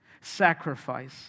Sacrifice